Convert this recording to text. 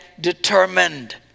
determined